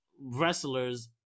wrestlers